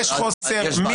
יש חוסר,